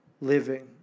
living